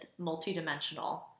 multidimensional